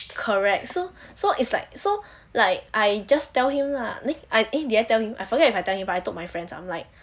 correct so so it's like so like I just tell him lah eh did I tell him I forget if I tell him but I told my friends I'm like